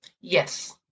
Yes